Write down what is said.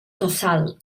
tossal